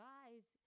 Guys